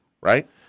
Right